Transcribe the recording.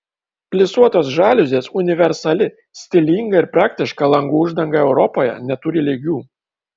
plisuotos žaliuzės universali stilinga ir praktiška langų uždanga europoje neturi lygių